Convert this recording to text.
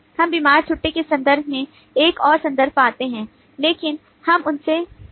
हम बीमार छुट्टी के संदर्भ में एक और संदर्भ पाते हैं लेकिन हम उनमें से बहुत से नहीं पाते हैं